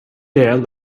there